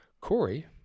Corey